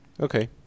Okay